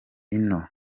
iyo